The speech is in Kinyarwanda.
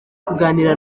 kuganira